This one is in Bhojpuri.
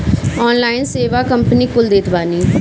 ऑनलाइन सेवा कंपनी कुल देत बानी